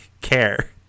care